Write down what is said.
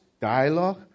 dialogue